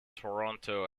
toronto